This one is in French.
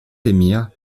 émirs